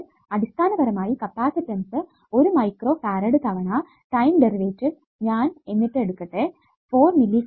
അടിസ്ഥാനപരമായി capacitance 1 microfarad തവണ time derivative ഞാൻ എന്നിട്ട് എടുക്കട്ടേ ഫോർ മില്ലി സെക്കന്റ്